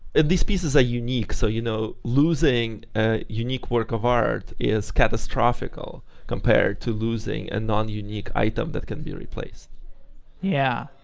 these pieces are ah unique, so you know losing a unique work of art is catastrophical compared to losing a non-unique item that can be replaced yeah.